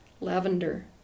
Lavender